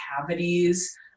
cavities